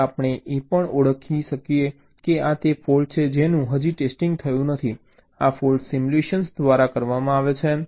તેથી આપણે એ પણ ઓળખી શકીએ છીએ કે આ તે ફૉલ્ટ છે જેનું હજી ટેસ્ટિંગ થયું નથી આ ફોલ્ટ સિમ્યુલેશન દ્વારા કરવામાં આવે છે